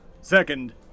Second